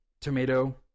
tomato